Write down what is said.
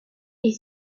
est